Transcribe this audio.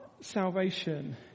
salvation